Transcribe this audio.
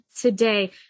today